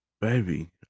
Baby